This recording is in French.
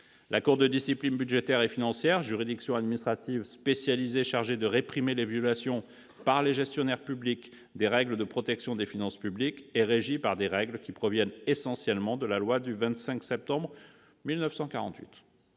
La Cour de discipline budgétaire et financière, juridiction administrative spécialisée chargée de réprimer les violations, par les gestionnaires publics, des règles de protection des finances publiques, est régie par des règles qui proviennent essentiellement de la loi du 25 septembre 1948.